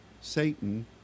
Satan